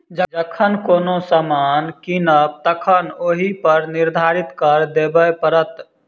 जखन कोनो सामान कीनब तखन ओहिपर निर्धारित कर देबय पड़त